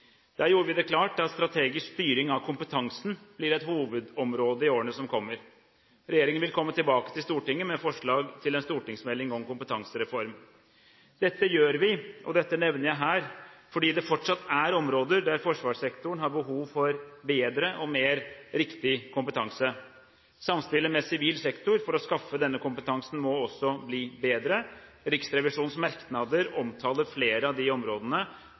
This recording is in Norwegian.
Der gjorde vi det klart at strategisk styring av kompetansen blir et hovedområde i årene som kommer. Regjeringen vil komme tilbake til Stortinget med forslag til en stortingsmelding om kompetansereform. Dette gjør vi – og jeg nevner det her – fordi det fortsatt er områder der forsvarssektoren har behov for bedre og mer riktig kompetanse. Samspillet med sivil sektor for å skaffe denne kompetansen må også bli bedre. Riksrevisjonens merknader omtaler flere av de områdene